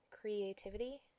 creativity